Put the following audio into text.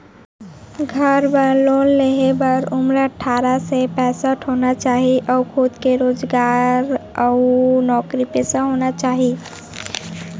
घर बर लोन लेहे बर का का योग्यता होना चाही?